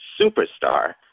superstar